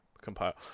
compile